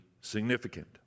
significant